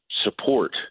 Support